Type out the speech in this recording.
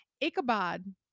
Ichabod